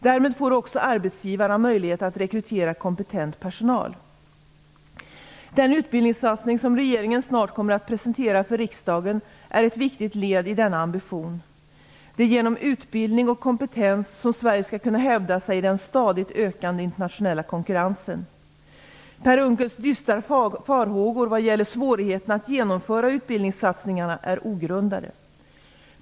Därmed får också arbetsgivarna möjlighet att rekrytera kompetent personal. Den utbildningssatsning som regeringen snart kommer att presentera för riksdagen är ett viktigt led i denna ambition. Det är genom utbildning och kompetens som Sverige skall kunna hävda sig i den stadigt ökande internationella konkurrensen. Per Unckels dystra farhågor vad gäller svårigheterna att genomföra utbildningssatsningen är ogrundade.